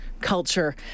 Culture